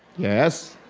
yes.